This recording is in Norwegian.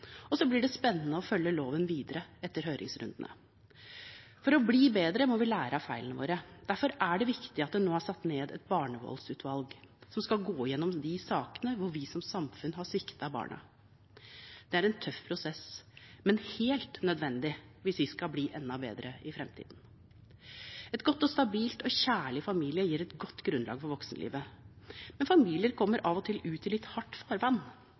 og ikke ordet «atferd». Det blir spennende å følge loven videre etter høringsrundene. For å bli bedre må vi lære av feilene våre. Derfor er det viktig at det nå er satt ned et barnevoldsutvalg som skal gå gjennom de sakene hvor vi som samfunn har sviktet barna. Det er en tøff prosess, men helt nødvendig hvis vi skal bli enda bedre i framtiden. En god, stabil og kjærlig familie gir et godt grunnlag for voksenlivet. Men familier kommer av og til ut i litt hardt farvann.